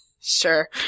Sure